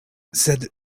sed